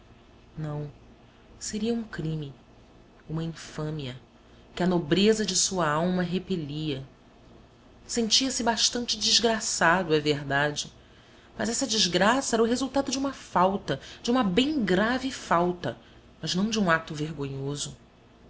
não seria um crime uma infâmia que a nobreza de sua alma repelia sentia-se bastante desgraçado é verdade mas essa desgraça era o resultado de uma falta de uma bem grave falta mas não de um ato vergonhoso